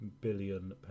billion